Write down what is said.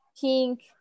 pink